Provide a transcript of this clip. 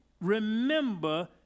Remember